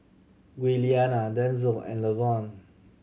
Giuliana Denzell and Lavonne